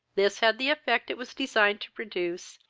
this had the effect it was designed to produce,